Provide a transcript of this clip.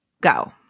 Go